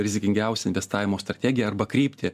rizikingiausią investavimo strategiją arba kryptį